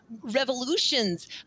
revolutions